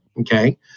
Okay